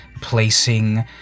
placing